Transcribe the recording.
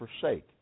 forsake